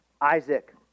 Isaac